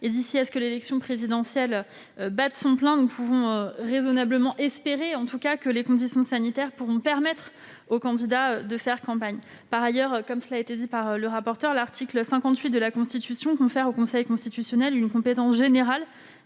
D'ici à ce que l'élection présidentielle batte son plein, nous pouvons raisonnablement espérer que les conditions sanitaires permettent aux candidats de faire campagne. Par ailleurs- M. le rapporteur l'a indiqué -, l'article 58 de la Constitution confère au Conseil constitutionnel une compétence générale